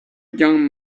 young